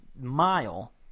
mile